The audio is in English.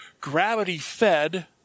gravity-fed